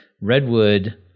Redwood